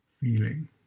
feeling